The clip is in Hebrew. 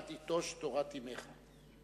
אל תיטוש תורת אמך.